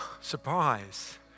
Surprise